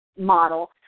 model